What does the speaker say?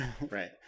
Right